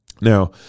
Now